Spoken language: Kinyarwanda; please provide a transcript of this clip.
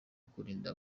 kwirinda